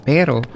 Pero